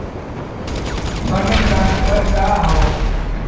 Fund transfer का हव?